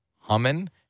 humming